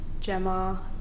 Gemma